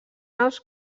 els